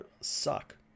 suck